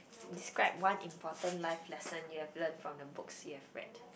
describe one important life lesson you have learnt from the books you have read